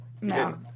No